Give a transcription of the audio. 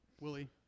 Willie